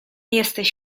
jesteś